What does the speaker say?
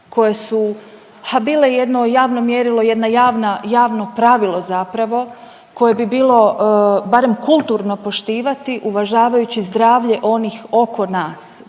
koje su ha, bile jedno javno mjerilo, jedno javno pravilo zapravo koje bi bilo barem kulturno poštivati uvažavajući zdravlje onih oko nas.